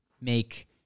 make